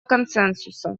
консенсуса